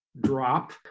drop